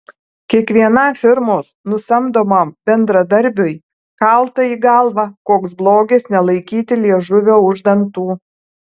kiekvienam firmos nusamdomam bendradarbiui kalta į galvą koks blogis nelaikyti liežuvio už dantų